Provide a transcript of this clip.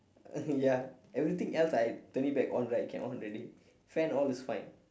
ya everything else I turn it back on right can on already fan all is fine